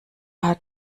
hat